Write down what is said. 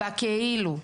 ב"כאילו",